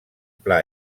pla